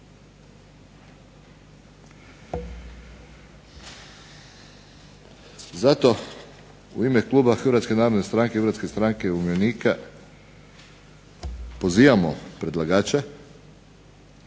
Zato u ime kluba Hrvatske narodne stranke i Hrvatske stranke umirovljenika pozivamo predlagače